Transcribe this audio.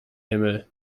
himmel